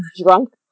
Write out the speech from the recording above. drunk